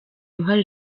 uruhare